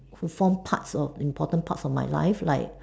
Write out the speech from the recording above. who form parts of important parts of my life like